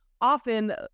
often